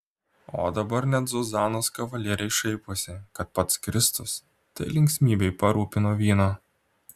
o dabar net zuzanos kavalieriai šaiposi kad pats kristus tai linksmybei parūpino vyno